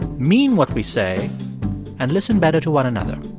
mean what we say and listen better to one another.